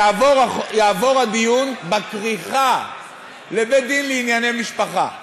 יעבור הדיון בכריכה לבית-דין לענייני משפחה.